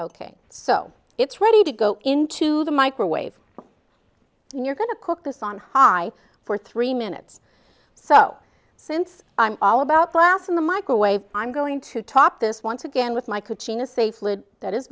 ok so it's ready to go into the microwave and you're going to cook this on high for three minutes or so since i'm all about glass in the microwave i'm going to top this once again with my